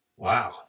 Wow